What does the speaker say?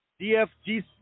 DFG